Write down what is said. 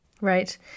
Right